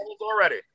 already